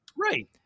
right